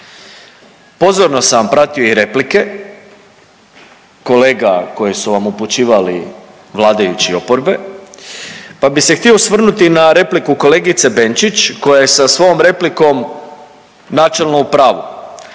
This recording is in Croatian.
Pozorno sam pratio i replike kolega koji su vam upućivali vladajući i oporbe, pa bi se htio osvrnuti na repliku kolegice Benčić koja je sa svojom replikom načelno u pravu.